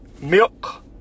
Milk